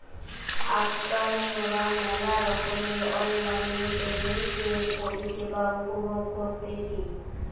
আজকাল মোরা মেলা রকমের অনলাইন পেমেন্টের পরিষেবা উপভোগ করতেছি